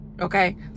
Okay